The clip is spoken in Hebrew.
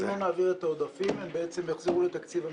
אם לא נעביר את העודפים הם יחזרו לתקציב המדינה,